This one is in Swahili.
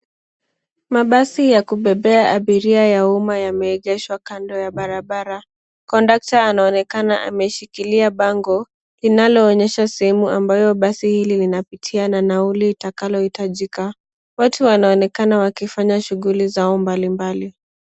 Mabasi ya kubebea abiria ya umma yameegeshwa kando ya barabara, kondakta anaonekana ameshikilia bango linaloonyesha sehemu ambayo basi hili linapitia na nauli litakalo hitajika. Watu wanaonekana wakifanya shughuli zao mbali mbali.